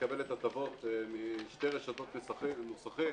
מקבלת הטבות משתי רשתות מוסכים,